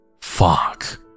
Fuck